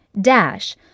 Dash